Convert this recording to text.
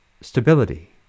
stability